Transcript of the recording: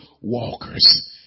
walkers